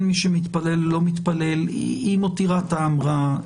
מי שמתפלל ללא מתפלל מותירה טעם רע,